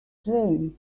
train